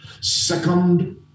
Second